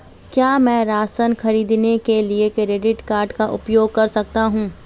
क्या मैं राशन खरीदने के लिए क्रेडिट कार्ड का उपयोग कर सकता हूँ?